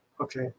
Okay